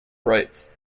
rights